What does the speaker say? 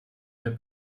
der